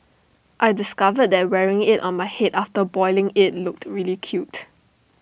I discovered that wearing IT on my Head after boiling IT looked really cute